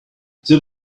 there